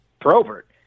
Probert